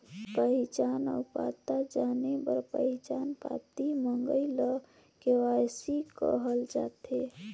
पहिचान अउ पता जाने बर पहिचान पाती मंगई ल के.वाई.सी कहल जाथे